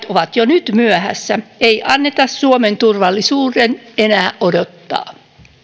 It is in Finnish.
ovat jo nyt myöhässä ei anneta suomen turvallisuuden enää odottaa